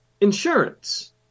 insurance